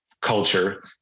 culture